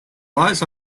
lies